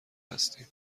هستیم